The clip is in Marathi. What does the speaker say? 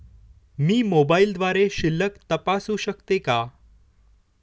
मी मोबाइलद्वारे शिल्लक तपासू शकते का?